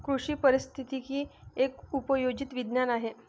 कृषी पारिस्थितिकी एक उपयोजित विज्ञान आहे